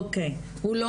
אוקי, הוא לא